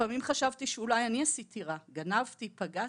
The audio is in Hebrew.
לפעמים חשבתי שאולי אני עשיתי רע, גנבתי, פגעתי,